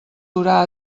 durà